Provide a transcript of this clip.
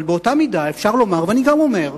אבל באותה מידה אפשר לומר, ואני גם אומר,